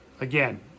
again